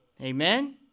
Amen